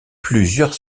plusieurs